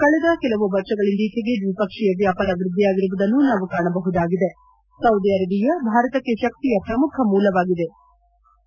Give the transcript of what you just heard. ಕಳೆದ ಕೆಲವು ವರ್ಷಗಳಿಂದೀಚೆಗೆ ದ್ವಿಪಕ್ಷೀಯ ವ್ಯಾಪಾರ ವ್ವದ್ದಿಯಾಗಿರುವುದನ್ನು ನಾವು ಕಾಣಬಹುದಾಗಿದೆ ಸೌದಿ ಅರೇಬಿಯಾ ಭಾರತಕ್ಕೆ ಶಕ್ತಿಯ ಪ್ರಮುಖ ಮೂಲವಾಗಿ ಮುಂದುವರಿದಿದೆ